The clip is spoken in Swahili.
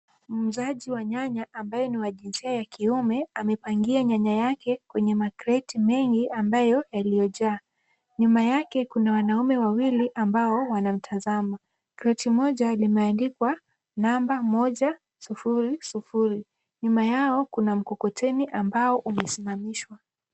Muuzaji wa nyanya ambaye ni wa jinsia ya kiume amepangia nyanya yake kwenye makreti mengi ambayo yaliyojaa. Nyuma yake kuna wanaume wawili ambao wanamtazama. Kreti moja limeandikwa namba moja sufuri sufuri, nyuma yao kuna mkokoteni ambao umesimamishwa.